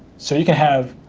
so you can have,